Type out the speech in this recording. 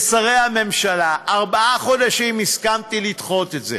לשרי הממשלה: ארבעה חודשים הסכמתי לדחות את זה